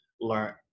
Learn